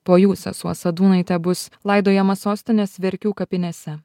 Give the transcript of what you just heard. po jų sesuo sadūnaitė bus laidojama sostinės verkių kapinėse